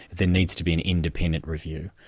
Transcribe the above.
there needs to be an independent review.